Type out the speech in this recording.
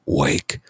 wake